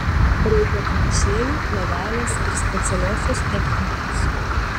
reikia tranšėjų plėvelės ir specialiosios technikos